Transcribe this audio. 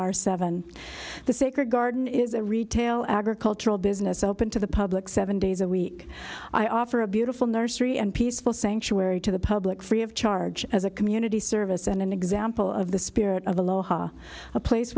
r seven the sacred garden is a retail agricultural business open to the public seven days a week i offer a beautiful nursery and peaceful sanctuary to the public free of charge as a community service and an example of the spirit of aloha a place